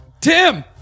Tim